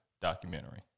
documentary